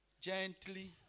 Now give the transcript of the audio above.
gently